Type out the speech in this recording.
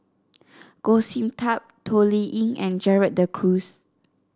Goh Sin Tub Toh Liying and Gerald De Cruz